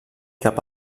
cap